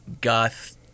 goth